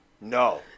No